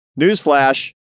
Newsflash